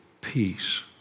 peace